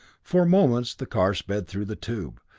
for moments the car sped through the tube,